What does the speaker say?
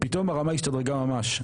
פתאום הרמה השתדרגה ממש,